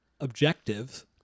objectives